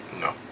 No